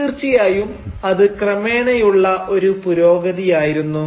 തീർച്ചയായും അത് ക്രമേണയുള്ള ഒരു പുരോഗതി ആയിരുന്നു